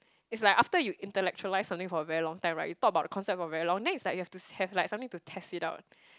it's like after you intellectualise something for a very long time right you talk about the concept for very long then it's like you have to have like something to test it out